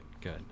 good